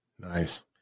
Nice